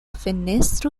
fenestro